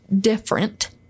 different